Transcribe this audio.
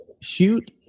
shoot